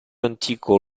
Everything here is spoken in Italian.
antico